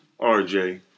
RJ